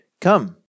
Come